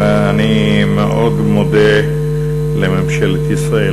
ואני מאוד מודה לממשלת ישראל.